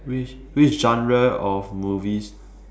which which genre of movies